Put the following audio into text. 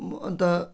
अन्त